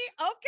Okay